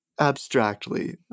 abstractly